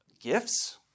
gifts